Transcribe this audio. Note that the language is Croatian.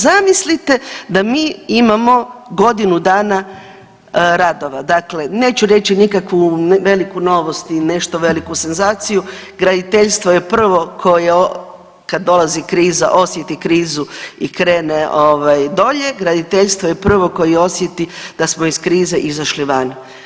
Zamislite da mi imamo godinu dana radova, dakle neću reći nikakvu veliku novost i nešto veliku senzaciju, graditeljstvo je prvo koje kad dolazi kriza osjeti krizu i krene ovaj dolje, graditeljstvo je prvo koje osjeti da smo iz krize izašli van.